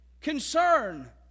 Concern